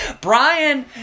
Brian